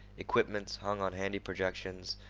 equipments hung on handy projections,